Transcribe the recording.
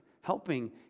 helping